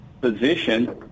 position